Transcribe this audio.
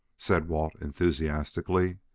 said walt enthusiastically.